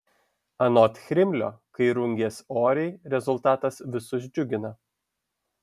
anot chrimlio kai rungies oriai rezultatas visus džiugina